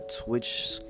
Twitch